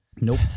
Nope